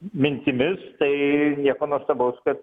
mintimis tai nieko nuostabaus kad